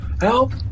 help